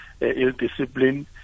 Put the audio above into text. ill-disciplined